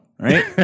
right